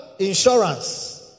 insurance